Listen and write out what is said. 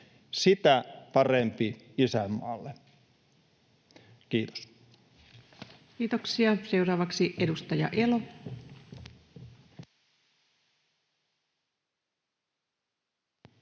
sitä parempi isänmaalle.” — Kiitos. Kiitoksia. — Seuraavaksi edustaja Elo.